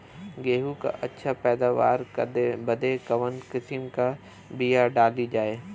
गेहूँ क अच्छी पैदावार बदे कवन किसीम क बिया डाली जाये?